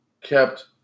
kept